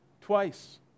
twice